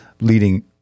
leading